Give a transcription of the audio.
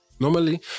Normally